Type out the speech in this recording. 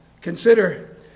consider